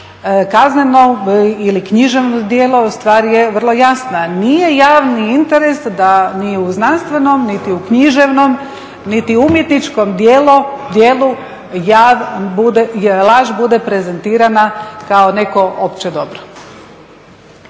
Kazneno ili književno djelo ustvari je vrlo jasna. Nije javni interes da ni u znanstvenom niti u književnom niti u umjetničkom djelu laž bude prezentirana kao neko opće dobro.